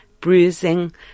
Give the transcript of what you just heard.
bruising